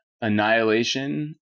Annihilation